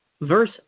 Verse